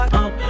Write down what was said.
up